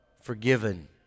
forgiven